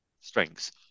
strengths